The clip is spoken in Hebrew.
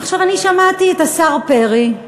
עכשיו, אני שמעתי את השר פרי.